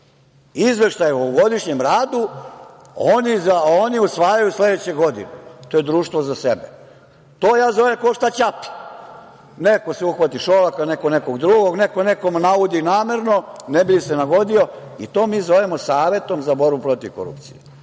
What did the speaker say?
Izveštaj o ovogodišnjem radu oni usvajaju sledeće godine. To je društvo za sebe. To ja zovem ko šta ćapi. Neko se uhvati Šolaka, neko nekog drugog, neko nekog navodi namerno ne bi li se nagodio i to mi zovemo Savetom za borbu protiv korupcije. Znači,